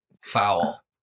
foul